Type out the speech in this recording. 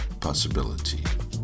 possibility